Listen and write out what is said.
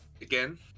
again